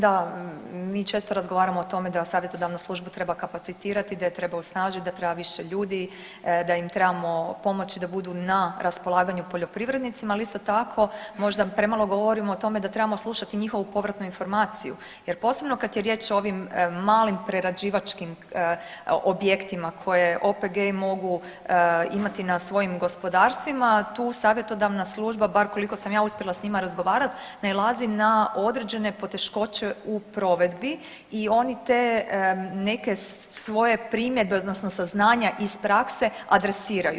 Da, mi često razgovaramo o tome da savjetodavnu službu treba kapacitirati, da je treba osnažit, da treba više ljudi, da im trebamo pomoći da budu na raspolaganju poljoprivrednicima, ali isto tako možda premalo govorimo o tome da trebamo slušati i njihovu povratnu informaciju jer posebno kad je riječ o ovim malim prerađivačkim objektima koje OPG-i mogu imati na svojim gospodarstvima, tu savjetodavna služba, bar koliko sam ja uspjela s njima razgovarat, nailazi na određene poteškoće u provedbi i oni te neke svoje primjedbe odnosno saznanja iz prakse adresiraju.